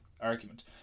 argument